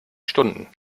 stunden